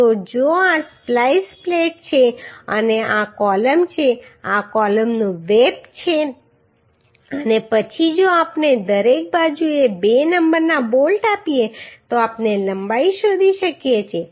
તો જો આ સ્પ્લાઈસ પ્લેટ છે અને આ કોલમ છે આ કોલમનું વેબ છે અને પછી જો આપણે દરેક બાજુએ બે નંબરના બોલ્ટ આપીએ તો આપણે લંબાઈ શોધી શકીએ છીએ